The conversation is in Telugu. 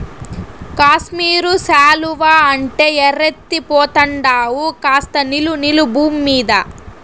కాశ్మీరు శాలువా అంటే ఎర్రెత్తి పోతండావు కాస్త నిలు నిలు బూమ్మీద